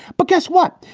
but guess what?